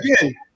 again